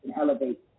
elevate